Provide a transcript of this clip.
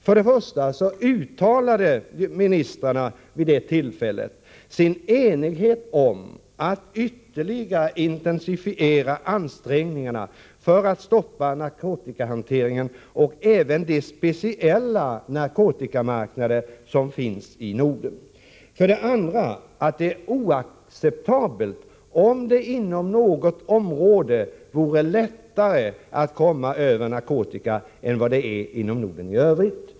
För det första uttalade ministrarna vid det tillfället att de var eniga om att ytterligare 93 intensifiera ansträngningarna för att stoppa narkotikahanteringen, även de speciella narkotikamarknader som finns i Norden. För det andra sade ministrarna att det är oacceptabelt om det inom något område är lättare att komma över narkotika än vad det är i Norden i övrigt.